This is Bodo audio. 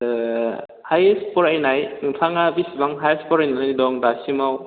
ओ हायेस्त फरायनाय नोंथाङा बेसेबां हायेस्त फरायनानै दं दासिमाव